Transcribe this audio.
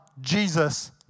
Jesus